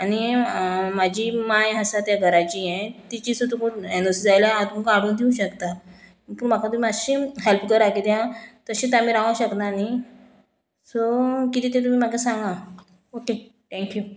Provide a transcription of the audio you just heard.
आनी म्हाजी माय आसा त्या घराची हें तिची सुद्दां तुमकां एन ओ सी जाय तुमकां हाडून दिवं शकता पूण म्हाका तुमी मातशे हेल्प करा कित्याक तशींच आमी रावंक शकना न्ही सो किदें तें तुमी म्हाका सांगा ओके थँक्यू